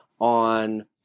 on